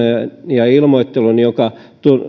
ja ilmoittelun joka